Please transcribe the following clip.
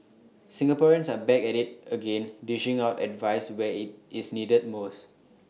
Singaporeans are back at IT again dishing out advice where IT is needed most